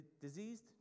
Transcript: diseased